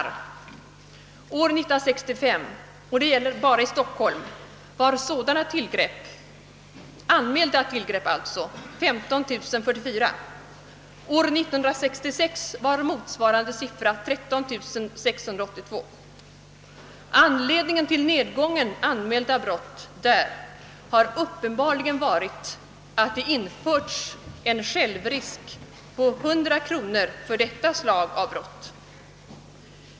År 1965 — och det gäller bara Stockholm — var antalet : anmälda tillgrepp 15044 medan motsvarande siffra år 1966 var 13 682. Anledningen till nedgången av antalet anmälda brott av detta slag har uppenbarligen varit, att det införts en självrisk på 100 kronor för stölder av detta slag.